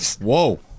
Whoa